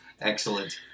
Excellent